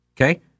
Okay